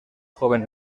joven